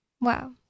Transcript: Wow